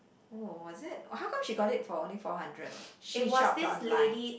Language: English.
oh was it how come she got it for only four hundred she shopped online